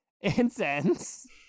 Incense